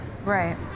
right